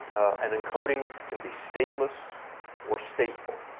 an encoding can be stateless or stateful.